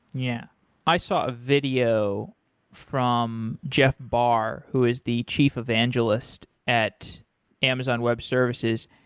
yeah i saw a video from jeff barr who is the chief evangelist at amazon web services.